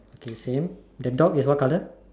okay same the dog is what colour